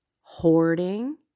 hoarding